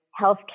healthcare